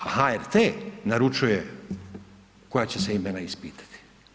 A HRT naručuje koja će se imena ispitati.